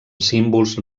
símbols